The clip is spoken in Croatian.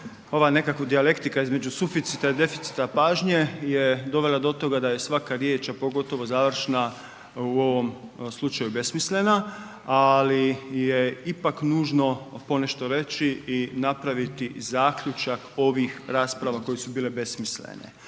ova nekako dijalektika između suficita i deficita pažnje je dovela do toga da je svaka riječ, a pogotovo završna u ovom slučaju besmislena, ali je ipak nužno ponešto reći i napraviti zaključak ovih rasprava koje su bile besmislene.